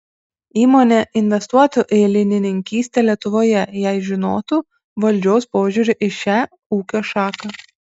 įmonė investuotų į linininkystę lietuvoje jei žinotų valdžios požiūrį į šią ūkio šaką